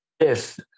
Yes